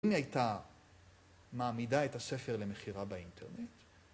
אם היא הייתה מעמידה את הספר למכירה באינטרנט